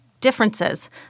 differences